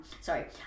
Sorry